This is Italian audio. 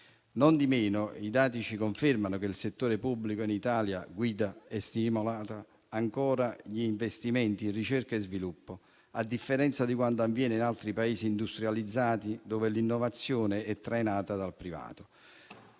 Nondimeno i dati ci confermano che il settore pubblico in Italia guida e stimola ancora gli investimenti in ricerca e sviluppo, a differenza di quanto avviene in altri Paesi industrializzati, dove l'innovazione è trainata dal privato.